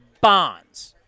bonds